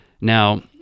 now